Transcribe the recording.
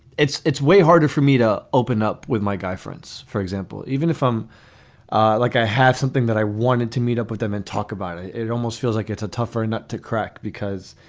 it's it's way harder for me to open up with my guy. france, for example, even if i'm like, i have something that i wanted to meet up with them and talk about it. it almost feels like it's a tougher nut to crack because,